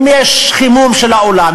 אם יש חימום של האולם,